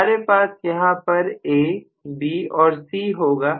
हमारे पास यहां पर AB और C होगा